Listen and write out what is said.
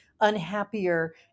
unhappier